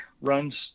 runs